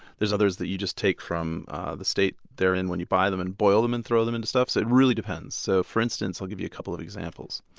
others that you just take from the state they're in when you buy them and boil them and throw them into stuff. so it really depends. so for instance, i'll give you a couple of examples.